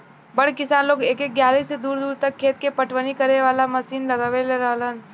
बड़ किसान लोग एके जगहिया से दूर दूर तक खेत के पटवनी करे वाला मशीन लगवले रहेलन